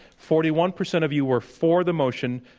forty one percent of you were for the motion,